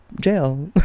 jail